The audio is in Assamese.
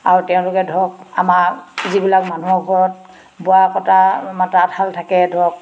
আৰু তেওঁলোকে ধৰক আমাৰ যিবিলাক মানুহৰ ঘৰত বোৱা কটা বা তাঁতশাল থাকে ধৰক